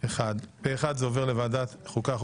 מי בעד להעביר לוועדת החוקה?